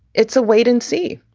it's a wait and see.